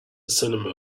cinema